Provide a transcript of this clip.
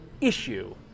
issue